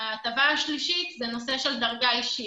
ההטבה השלישית היא נושא של דרגה אישית.